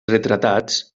retratats